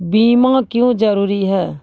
बीमा क्यों जरूरी हैं?